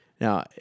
Now